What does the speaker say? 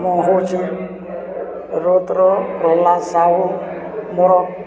ମୁଁ ହଉଛି ରୋଦ୍ର ପ୍ରହଲ୍ଲାଦ ସାହୁ ମୋର